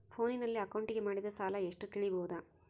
ಫೋನಿನಲ್ಲಿ ಅಕೌಂಟಿಗೆ ಮಾಡಿದ ಸಾಲ ಎಷ್ಟು ತಿಳೇಬೋದ?